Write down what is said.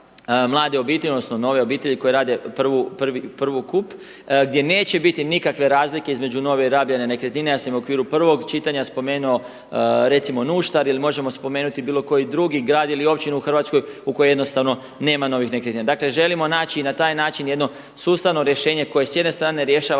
mlade obitelji odnosno nove obitelji koji rade prvokup gdje neće biti nikakve razlike između nove i rabljene nekretnine. Ja sam u okviru prve nekretnine spomenuo recimo Nuštar ili možemo spomenuti bilo koji drugi grad ili općinu u Hrvatskoj u kojoj jednostavno nema novih nekretnina. Dakle, želi naći i na taj način jedno sustavno rješenje koje s jedne strane rješava